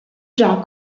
già